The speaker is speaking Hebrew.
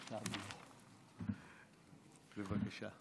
בבקשה.